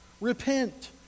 Repent